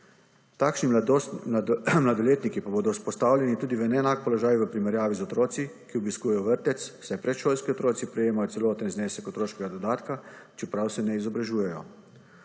Takšni mladoletniki pa bodo izpostavljeni tudi v neenak položaj v primerjavi z otroci, ki obiskujejo vrtec, saj predšolski otroci prejemajo celoten znesek otroškega dodatka, čeprav se ne izobražujejo.